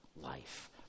life